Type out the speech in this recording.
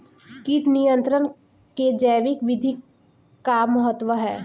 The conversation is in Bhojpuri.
कीट नियंत्रण क जैविक विधि क का महत्व ह?